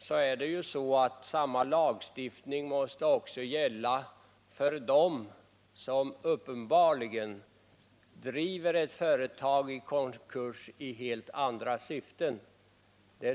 Samma lagstiftning måste också gälla för dem som uppenbarligen driver ett företag i konkurs för egen vinning.